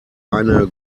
eine